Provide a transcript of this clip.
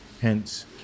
Hence